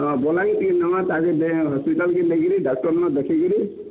ହଁ ନେବେ ହସ୍ପିଟାଲ୍ କି ନେଇକିରି ଡ଼ାକ୍ତର ନା ଦେଖେଇକିରି